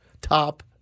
Top